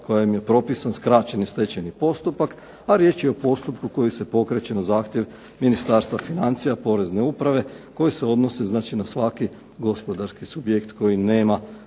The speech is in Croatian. razumije./… skraćen i stečajni postupak, a riječ je o postupku koji se pokreće na zahtjev Ministarstva financija, porezne uprave koji se odnosi na svaki gospodarski subjekt koji nema